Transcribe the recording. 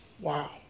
wow